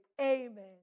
Amen